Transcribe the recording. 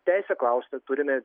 teisę klausti turime